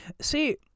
See